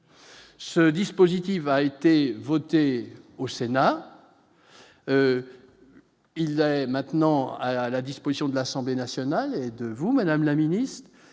ce dispositif va a été voté au Sénat, il a maintenant à la disposition de l'Assemblée nationale et de vous, madame la ministre,